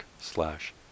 slash